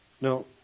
No